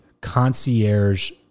concierge